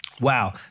Wow